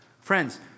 Friends